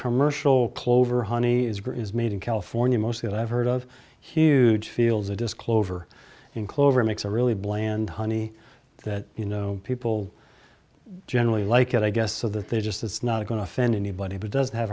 commercial clover honey is great is made in california most that i've heard of huge fields a disc clover in clover makes a really bland honey that you know people i generally like it i guess so that they just it's not going to offend anybody but doesn't have